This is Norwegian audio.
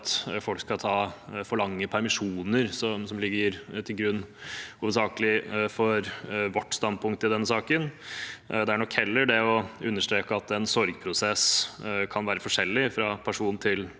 at folk skal ta for lange permisjoner, som hovedsakelig ligger til grunn for vårt standpunkt i denne saken. Det er nok heller det å understreke at en sorgprosess kan være forskjellig fra person til per son,